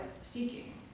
seeking